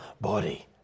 body